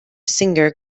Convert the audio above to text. singer